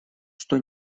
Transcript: что